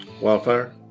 Wildfire